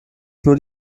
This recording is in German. nur